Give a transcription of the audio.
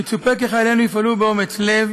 מצופה כי חיילינו יפעלו באומץ לב